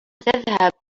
تذهب